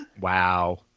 Wow